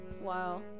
Wow